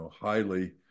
highly